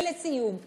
ולסיום,